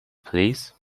please